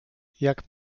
jak